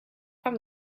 from